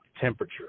temperature